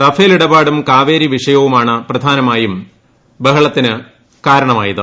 Rafale ഇടപാടും കാവേരി വിഷയവുമാണ് പ്രധാനമായും ബഹളത്തിന് വിഷയമായത്